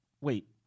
wait